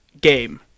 game